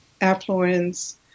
affluence